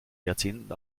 jahrzehnten